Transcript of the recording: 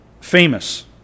famous